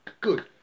good